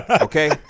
Okay